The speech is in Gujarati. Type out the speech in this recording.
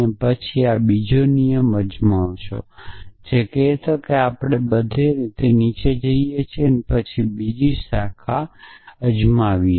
અને પછી આ બીજો નિયમ અજમાવો કે જે કહેતા આપણે બધી રીતે નીચે જઈએ અને પછી બીજી શાખા અજમાવીએ